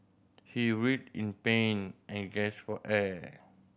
he writhed in pain and gasped for air